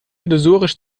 illusorisch